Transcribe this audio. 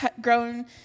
grown